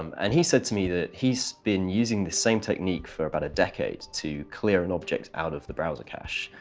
um and he said to me that he's been using the same technique for about a decade to clear an object out of the browser cache.